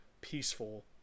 peaceful